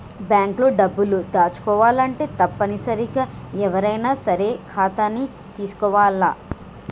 bank లో డబ్బులు దాచుకోవాలంటే తప్పనిసరిగా ఎవ్వరైనా సరే ఖాతాని తీసుకోవాల్ల